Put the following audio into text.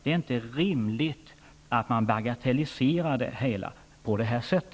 Det är inte rimligt att bagatellisera det hela på detta sätt.